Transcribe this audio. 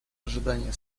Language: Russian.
ожидание